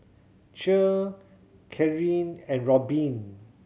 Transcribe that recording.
Cher Karyn and Robin